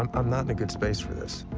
um i'm not in a good space for this.